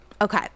Okay